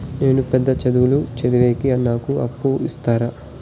నేను పెద్ద చదువులు చదివేకి నాకు అప్పు ఇస్తారా